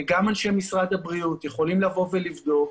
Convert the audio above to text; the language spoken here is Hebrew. גם אנשי משרד הבריאות יכולים לבוא ולבדוק.